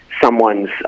someone's